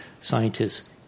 scientists